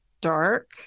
dark